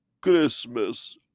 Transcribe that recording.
Christmas